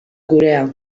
gurea